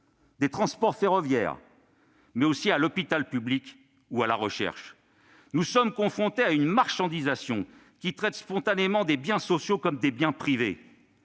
des transports ferroviaires, mais aussi à l'hôpital public et à la recherche. Nous sommes confrontés à une marchandisation qui traite spontanément des biens sociaux comme des biens privés.